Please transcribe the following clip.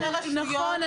נכון.